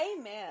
amen